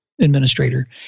administrator